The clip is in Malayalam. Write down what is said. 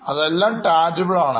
അതെല്ലാം Tangible Assets ആണ്